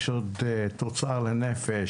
יש עוד תוצר לנפש.